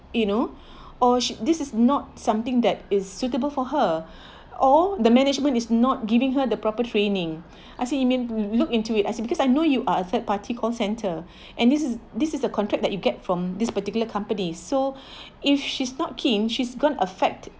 you know or she this is not something that is suitable for her or the management is not giving her the proper training I said you mean look into it I said because I know you are a third-party call centre and this is this is a contract that you get from this particular company so if she's not keen she's going to affect